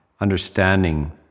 understanding